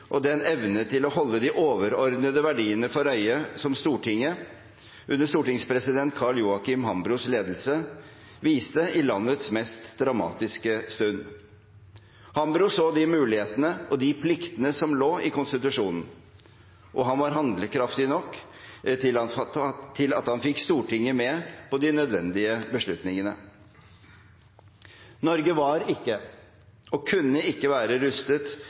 og den evne til å holde de overordnede verdiene for øye som Stortinget under stortingspresident Carl Joachim Hambros ledelse viste i landets mest dramatiske stund. Hambro så de mulighetene og de pliktene som lå i konstitusjonen, og han var handlekraftig nok til at han fikk Stortinget med på de nødvendige beslutningene. Norge var ikke – og kunne ikke være – rustet